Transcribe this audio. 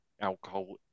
Alcohol